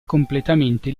completamente